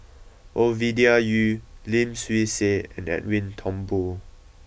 Ovidia Yu Lim Swee Say and Edwin Thumboo